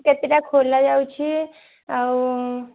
କେତେଟା ଖୋଲା ଯାଉଛି ଆଉ